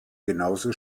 genauso